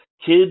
kids